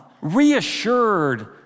reassured